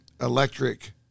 electric